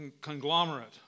conglomerate